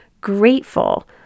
grateful